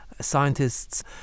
scientists